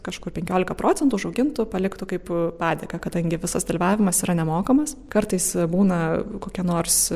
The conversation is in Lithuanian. kažkur penkiolika procentų užaugintų paliktų kaip padėką kadangi visas dalyvavimas yra nemokamas kartais būna kokie nors